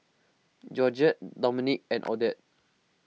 Georgette Dominque and Odette